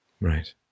Right